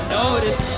notice